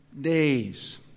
days